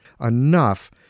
enough